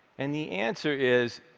and the answer is,